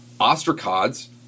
Ostracods